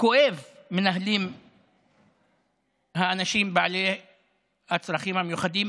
וכואב מנהלים האנשים בעלי הצרכים המיוחדים